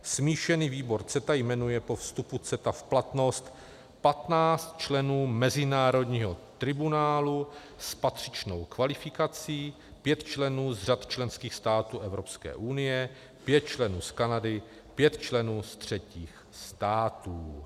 Smíšený výbor CETA jmenuje po vstupu CETA v platnost 15 členů mezinárodního tribunálu s patřičnou kvalifikací, 5 členů z řad členských států Evropské unie, 5 členů z Kanady, 5 členů z třetích států.